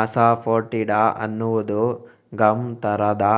asafoetida ಅನ್ನುವುದು gum ತರಹದ